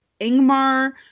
Ingmar